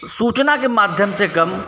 सूचना के माध्यम से कम